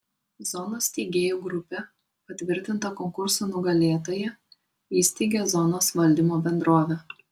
zonos steigėjų grupė patvirtinta konkurso nugalėtoja įsteigia zonos valdymo bendrovę